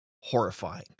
horrifying